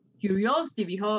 curiosity